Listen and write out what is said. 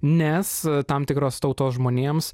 nes tam tikros tautos žmonėms